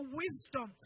wisdom